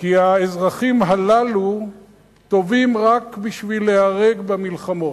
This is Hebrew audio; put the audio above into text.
כי האזרחים הללו טובים רק בשביל להיהרג במלחמות.